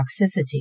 toxicity